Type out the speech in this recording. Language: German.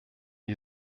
die